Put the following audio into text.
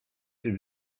się